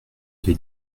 des